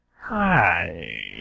Hi